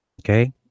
Okay